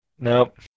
Nope